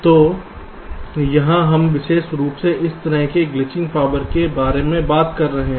तो यहां हम विशेष रूप से इस तरह की ग्लिचिंग पावर के बारे में बात कर रहे हैं